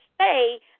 say